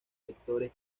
sectores